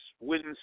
wins